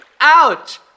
Ouch